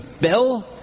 bill